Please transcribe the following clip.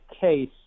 case